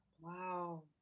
Wow